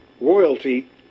royalty